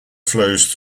flows